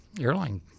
airline